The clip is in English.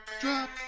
Drop